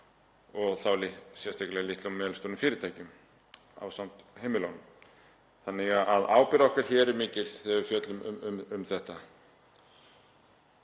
og þá sérstaklega í litlum og meðalstórum fyrirtækjum ásamt heimilunum. Þannig að ábyrgð okkar hér er mikil þegar við fjöllum um þetta.